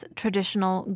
traditional